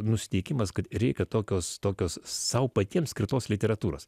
nusiteikimas kad reikia tokios tokios sau patiems skirtos literatūros